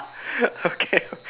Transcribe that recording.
okay lor